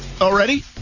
already